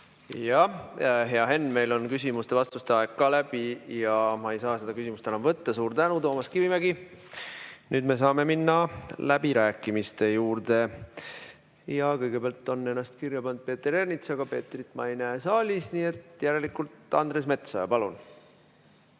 Jah. Hea Henn, meil on küsimuste-vastuste aeg läbi ja ma ei saa seda küsimust enam võtta. Suur tänu, Toomas Kivimägi! Nüüd me saame minna läbirääkimiste juurde. Ja kõigepealt on ennast kirja pannud Peeter Ernits, aga Peetrit ma ei näe saalis, nii et järelikult tuleb Andres Metsoja. Palun!